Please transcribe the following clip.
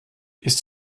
ist